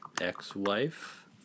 Ex-wife